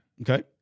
Okay